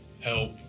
help